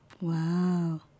Wow